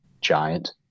giant